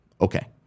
okay